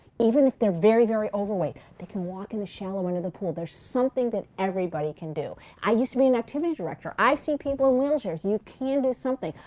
even if they're very, very overweight, they can walk in the shallow end of the pool. there's something that everybody can do. i used to be an activity director. i see people in wheelchairs. you can do something,